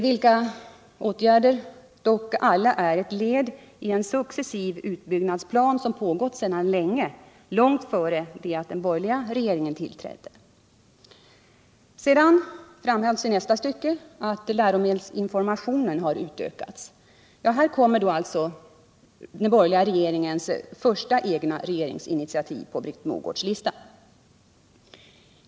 De åtgärderna är emellertid alla ett led i ett successivt utbyggnadsprogram som pågått sedan länge, långt före det att den borgerliga regeringen tillträdde. Sedan framhålls i kommande stycke att läromedelsinformationen har 143 utökats. Här kommer alltså den borgerliga regeringens första egna regeringsinitiativ på Britt Mogårds lista.